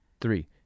three